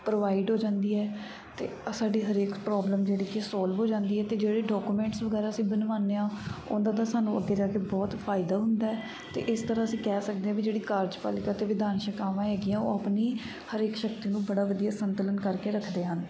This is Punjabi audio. ਪ੍ਰੋਵਾਇਡ ਹੋ ਜਾਂਦੀ ਹੈ ਅਤੇ ਸਾਡੀ ਹਰੇਕ ਪ੍ਰੋਬਲਮ ਜਿਹੜੀ ਕਿ ਸੋਲਵ ਹੋ ਜਾਂਦੀ ਹੈ ਅਤੇ ਜਿਹੜੇ ਡੋਕੂਮੈਂਟਸ ਵਗੈਰਾ ਅਸੀਂ ਬਣਵਾਉਂਦੇ ਹਾਂ ਉਹਦਾ ਤਾਂ ਸਾਨੁੂੰ ਅੱਗੇ ਜਾ ਕੇ ਬਹੁਤ ਫ਼ਾਇਦਾ ਹੁੰਦਾ ਹੈ ਅਤੇ ਇਸ ਤਰ੍ਹਾਂ ਅਸੀਂ ਕਹਿ ਸਕਦੇ ਹਾਂ ਵੀ ਜਿਹੜੀ ਕਾਰਜਪਾਲਿਕਾ ਅਤੇ ਵਿਧਾਨ ਸ਼ੇਖਾਵਾਂ ਹੈਗੀਆਂ ਉਹ ਆਪਣੀ ਹਰੇਕ ਸ਼ਕਤੀ ਨੂੰ ਬੜਾ ਵਧੀਆ ਸੰਤੁਲਨ ਕਰਕੇ ਰੱਖਦੇ ਹਨ